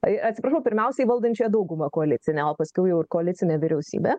tai atsiprašau pirmiausiai valdančią daugumą koalicinę o paskiau jau ir koalicinę vyriausybę